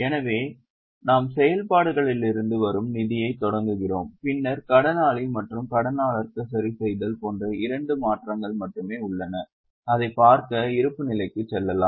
எனவே நாம் செயல்பாடுகளிலிருந்து வரும் நிதியைத் தொடங்குகிறோம் பின்னர் கடனாளி மற்றும் கடனாளருக்கு சரிசெய்தல் போன்ற இரண்டு மாற்றங்கள் மட்டுமே உள்ளன அதைப் பார்க்க இருப்புநிலைக்குச் செல்லலாம்